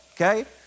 Okay